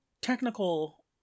technical